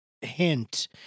hint